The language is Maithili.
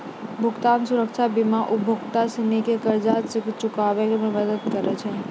भुगतान सुरक्षा बीमा उपभोक्ता सिनी के कर्जा के चुकाबै मे मदद करै छै